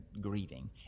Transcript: grieving